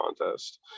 contest